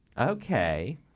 Okay